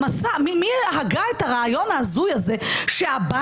מי הגה את הרעיון ההזוי הזה של הטלת החובה על